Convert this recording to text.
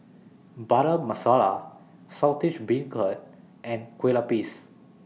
Butter Masala Saltish Beancurd and Kue Lupis